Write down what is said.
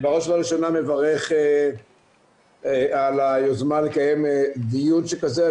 אני בראש ובראשונה מברך על היוזמה לקיים דיון שכזה.